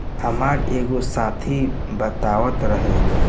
हामार एगो साथी बतावत रहे